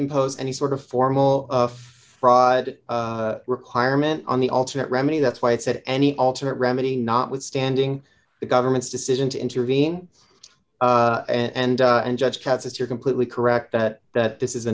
impose any sort of formal fraud requirement on the ultimate remedy that's why it said any alternate remedy notwithstanding the government's decision to intervene and and judge katz as you're completely correct that that this is